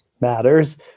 matters